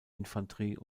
infanterie